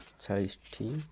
ଚାଳିଶଟି